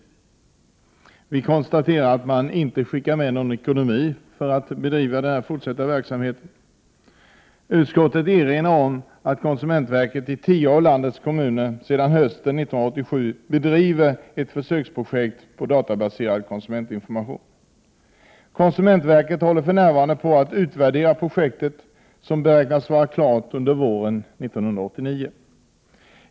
Jag konstaterar dock att man i reservationen inte skickar med någon ekonomi för att bedriva den fortsatta försöksverksamheten. Utskottet erinrar om att konsumentverket i tio av landets kommuner sedan hösten 1987 bedriver ett försöksprojekt med databaserad konsumentinformation. Konsumentverket håller för närvarande på med att utvärdera projektet, som beräknas vara klart under våren 1989.